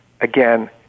again